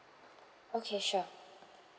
okay sure